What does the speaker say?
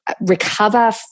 recover